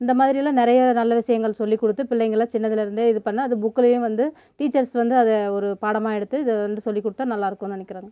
இந்தமாதிரியெல்லாம் நிறையா நல்ல விஷயங்கள் சொல்லிக் கொடுத்து பிள்ளைங்களை சின்னதுலேருந்தே இது பண்ணால் அது புக்லேயும் வந்து டீச்சர்ஸ் வந்து அதை ஒரு பாடமாக எடுத்து இதை வந்து சொல்லிக் கொடுத்தா நல்லா இருக்கும்ன்னு நினைக்கிறோங்க